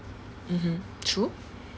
mmhmm true